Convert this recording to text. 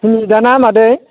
cement ना मादै